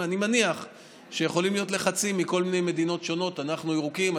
אני מניח שיכולים להיות לחצים מכל מיני מדינות שונות: אנחנו ירוקים,